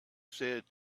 said